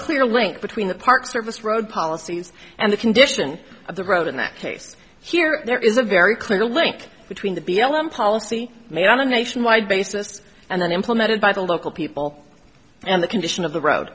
clear link between the park service road policies and the condition of the road in that case here there is a very clear link between the b l m policy made on a nationwide basis and then implemented by the local people and the condition of the road